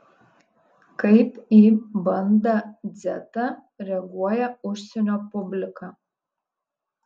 kaip į bandą dzetą reaguoja užsienio publika